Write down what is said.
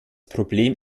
problem